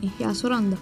ją suranda